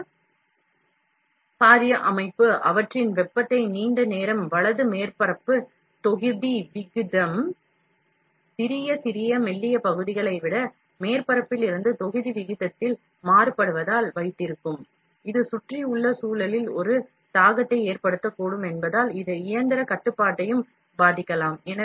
பெரிய பாரிய அமைப்பு அவற்றின் வெப்பத்தை நீண்ட நேரம் வைத்திருக்கும் வலது மேற்பரப்பு தொகுதி விகிதம் சிறிய சிறிய மெல்லிய பகுதிகளை விட மேற்பரப்பில் இருந்து தொகுதி விகிதத்தில் மாறுபடுவதால் இது சுற்றியுள்ள சூழலில் ஒரு தாக்கத்தை ஏற்படுத்தக்கூடும் என்பதால் இது இயந்திர கட்டுப்பாட்டையும் பாதிக்கலாம்